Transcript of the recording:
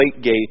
Gate